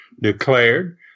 declared